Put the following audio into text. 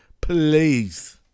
Please